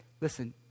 Listen